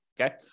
okay